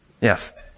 Yes